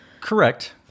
Correct